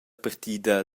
partida